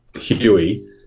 Huey